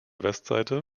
westseite